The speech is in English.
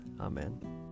Amen